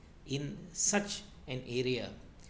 in such an area